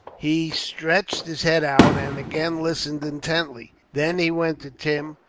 he stretched his head out, and again listened intently. then he went to tim,